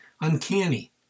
uncanny